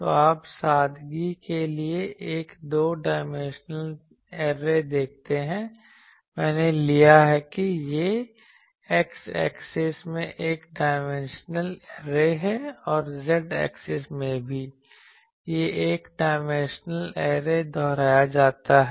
तो आप सादगी के लिए एक दो डायमेंशनल ऐरे देखते हैं मैंने लिया है कि यह x एक्सिस में एक डायमेंशनल ऐरे है और z एक्सिस में भी यह एक डायमेंशनल ऐरे दोहराया जाता है